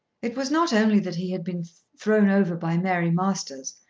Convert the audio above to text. it was not only that he had been thrown over by mary masters,